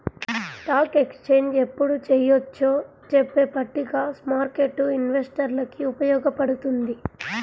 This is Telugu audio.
స్టాక్ ఎక్స్చేంజ్ ఎప్పుడు చెయ్యొచ్చో చెప్పే పట్టిక స్మార్కెట్టు ఇన్వెస్టర్లకి ఉపయోగపడుతుంది